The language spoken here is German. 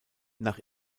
nach